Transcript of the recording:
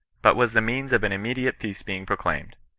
but was the means of an immediate peace being pro claimed!